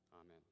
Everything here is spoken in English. Amen